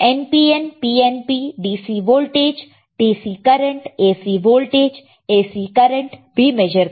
NPN PNP DC voltage DC current AC voltage AC current भी measure कर सकते हैं